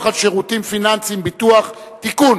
על שירותים פיננסיים (ביטוח) (תיקון,